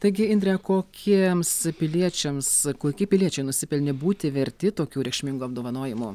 taigi indre kokiems piliečiams koki piliečiai nusipelnė būti verti tokių reikšmingų apdovanojimų